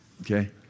Okay